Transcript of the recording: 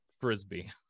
Frisbee